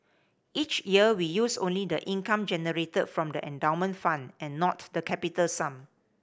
each year we use only the income generated from the endowment fund and not the capital sum